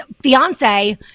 fiance